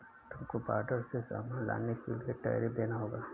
तुमको बॉर्डर से सामान लाने के लिए टैरिफ देना होगा